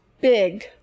big